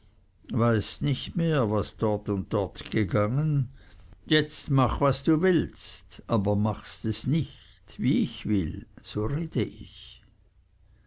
weißt nicht mehr was dort und dort gegangen jetzt mach was du willst aber machst es nicht wie ich will so rede ich